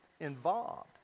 involved